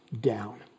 down